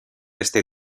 este